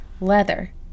Leather